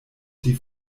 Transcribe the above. die